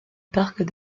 parc